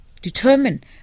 determine